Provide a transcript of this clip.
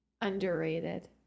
underrated